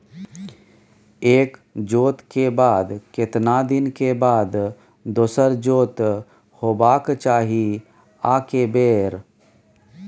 एक जोत के बाद केतना दिन के बाद दोसर जोत होबाक चाही आ के बेर?